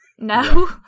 No